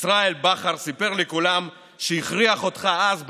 ישראל בכר סיפר לכולם שהכריח אותך אז,